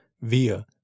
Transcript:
via